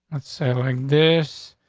that's a like this.